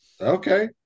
Okay